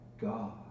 God